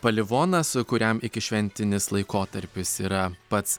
palivonas kuriam ikišventinis laikotarpis yra pats